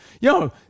Yo